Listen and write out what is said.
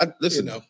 listen